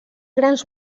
grans